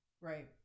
Right